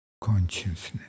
consciousness